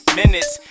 minutes